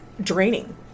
draining